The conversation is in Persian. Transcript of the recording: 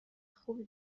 خوبی